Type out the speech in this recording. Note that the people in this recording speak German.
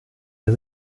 der